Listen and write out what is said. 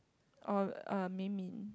or uh Min Min